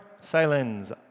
Silence